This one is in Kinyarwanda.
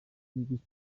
n’ibice